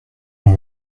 ont